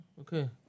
Okay